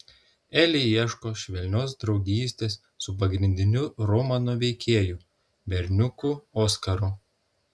eli ieško švelnios draugystės su pagrindiniu romano veikėju berniuku oskaru